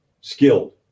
skilled